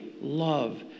love